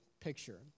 picture